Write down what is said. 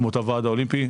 כמו את הוועד האולימפי,